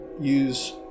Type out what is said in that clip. use